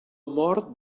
mort